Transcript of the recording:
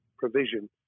provision